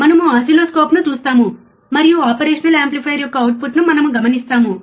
మనము ఓసిల్లోస్కోప్ను చూస్తాము మరియు ఆపరేషనల్ యాంప్లిఫైయర్ యొక్క అవుట్పుట్ను మనము గమనిస్తాము